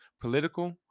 Political